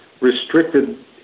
restricted